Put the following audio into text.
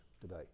today